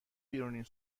بیرونین